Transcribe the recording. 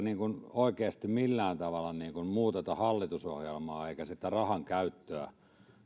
oikeasti millään tavalla muuteta hallitusohjelmaa eikä sitä rahan käyttöä